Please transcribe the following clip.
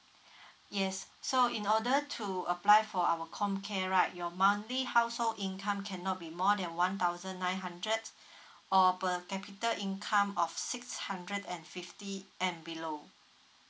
yes so in order to apply for our comcare right your monthly household income cannot be more than one thousand nine hundred or per capita income of six hundred and fifty and below